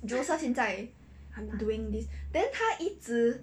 joseph 现在 doing this then 他一直